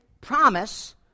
promise